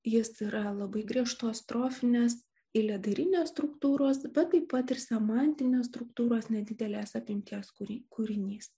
jis yra labai griežtos strofinės iledarinės struktūros bet taip pat ir semantinės struktūros nedidelės apimties kurį kūrinys